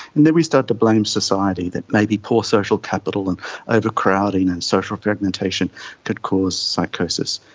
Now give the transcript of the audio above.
and then we started to blame society, that maybe poor social capital and overcrowding and social fragmentation could cause psychosis.